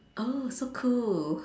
oh so cool